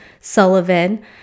sullivan